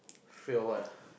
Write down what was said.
fear of what ah